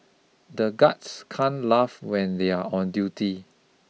the guards can laugh when they are on duty